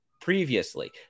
previously